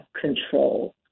control